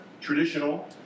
traditional